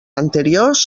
anteriors